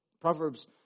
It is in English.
Proverbs